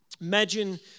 Imagine